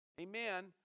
Amen